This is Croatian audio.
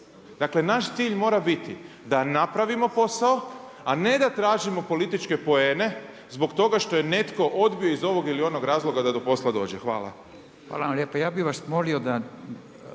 Dakle, naš cilj mora biti, da napravimo posao, a ne da tražimo političke poene, zbog toga što je netko odbio iz ovog ili onog razloga da do posla dođe. Hvala. **Radin, Furio (Nezavisni)**